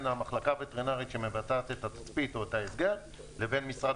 המחלקה הווטרינרית שמבצעת את התצפית או את ההסגר לבין משרד